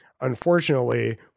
unfortunately